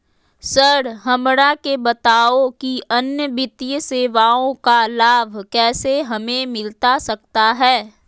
Sir हमरा के बताओ कि अन्य वित्तीय सेवाओं का लाभ कैसे हमें मिलता सकता है?